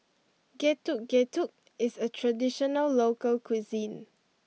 Getuk Getuk is a traditional local cuisine